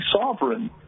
sovereign